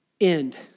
end